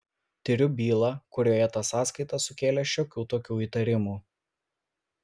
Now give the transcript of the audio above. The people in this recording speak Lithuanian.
tiriu bylą kurioje ta sąskaita sukėlė šiokių tokių įtarimų